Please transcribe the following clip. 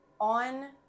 on